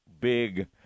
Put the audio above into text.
big